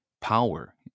power